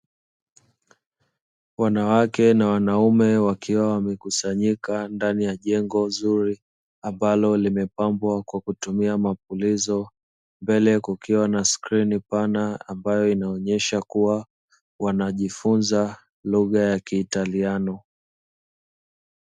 Wanawake na wanaume wakiwa wamekusanyika ndani ya jengo zuri ambalo limepambwa kwa kutumia mapulizo, mbele kukiwa na skrini pana ambayo inaonyesha kuwa wanajifunza lughaa ya kitaliano.